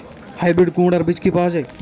Hybrid কুমড়ার বীজ কি পাওয়া য়ায়?